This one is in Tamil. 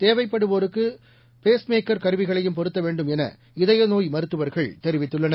தேவைப்படுவோருக்கு பேஸ்மேக்கர் கருவிகளையும் பொருத்த வேண்டும் என இதயநோய் மருத்துவர்கள் தெரிவித்துள்ளனர்